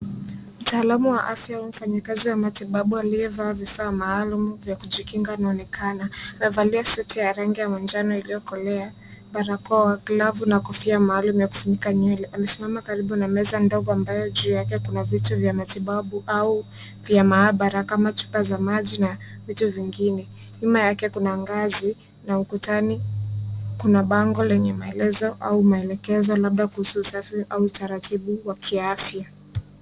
Mtaalamu wa afya au mfanyakazi wa matibabu aliyevaa vifaa maalumu vya kujikinga anaonekana. amevalia suti ya rangi ya manjano iliyokolea, barakoa, glavu na kofia maalum ya kufunika nywele. Amesimama karibu na meza ndogo ambayo juu yake kuna vitu vya matibabu au pia maabara kama chupa za maji na vitu vingine. Nyuma yake kuna ngazi na ukutani kuna bango lenye maelezo au maelekezo labda kuhusu usafi au utaratibu wa kiafya.